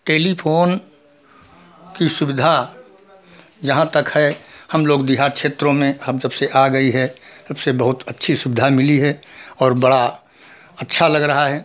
telephone की सुविधा जहाँ तक है हम लोग देहात क्षेत्रों में अब जब से आ गई है तब से बहुत अच्छी सुविधा मिली है और बड़ा अच्छा लग रहा है